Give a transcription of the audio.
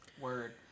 Word